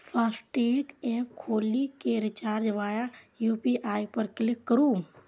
FASTag app खोलि कें recharge वाया यू.पी.आई पर क्लिक करू